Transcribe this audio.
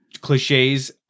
cliches